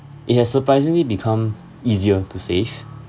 it has surprisingly become easier to save